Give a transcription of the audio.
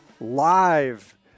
live